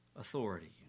authority